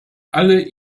alle